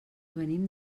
venim